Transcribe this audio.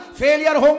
failure